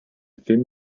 film